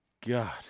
God